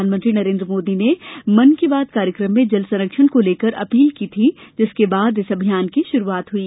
प्रधानमंत्री नरेन्द्र मोदी ने मन की बात कार्यक्रम में जल संरक्षण को लेकर अपील की थी जिसके बाद इस अभियान की शुरूआत हई